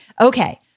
Okay